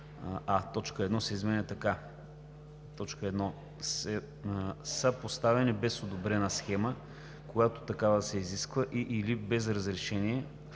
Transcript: а) точка 1 се изменя така: „1. са поставени без одобрена схема, когато такава се изисква, и/или без разрешение,